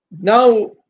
Now